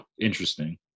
interesting